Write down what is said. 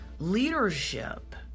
leadership